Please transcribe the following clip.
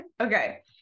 Okay